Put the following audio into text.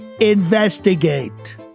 investigate